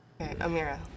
Amira